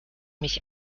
mich